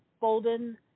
Bolden